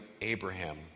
Abraham